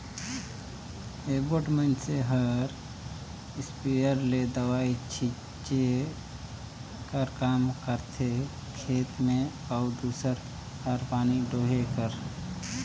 एगोट मइनसे हर इस्पेयर ले दवई छींचे कर काम करथे खेत में अउ दूसर हर पानी डोहे कर